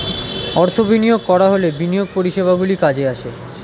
অর্থ বিনিয়োগ করা হলে বিনিয়োগ পরিষেবাগুলি কাজে আসে